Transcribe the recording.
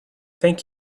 thank